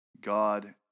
God